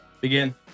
Begin